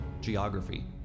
geography